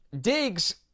Diggs